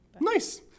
Nice